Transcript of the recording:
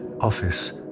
office